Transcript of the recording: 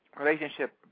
relationship